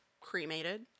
cremated